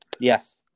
Yes